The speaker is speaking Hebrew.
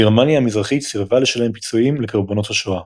גרמניה המזרחית סירבה לשלם פיצויים לקורבנות השואה.